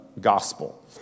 gospel